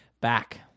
back